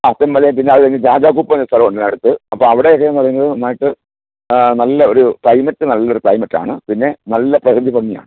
ആ തെന്മലയും പിന്നെ അത് കഴിഞ്ഞ് രാജാകൂപ്പ് എന്നൊരു സ്ഥലമുണ്ട് ഇതിനടുത്ത് അപ്പം അവിടെ ഒക്കെയെന്ന് പറയുന്നത് നന്നായിട്ട് ആ നല്ല ഒരു ക്ലൈമറ്റ് നല്ലൊര് ക്ലൈമറ്റാണ് പിന്നെ നല്ല പ്രകൃതി ഭംഗിയാണ്